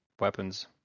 weapons